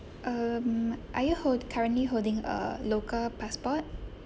um are you hold~ currently holding a local passport